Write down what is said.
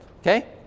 okay